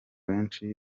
benshi